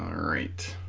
um right